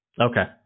okay